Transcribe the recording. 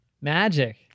Magic